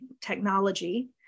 technology